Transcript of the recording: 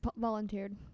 volunteered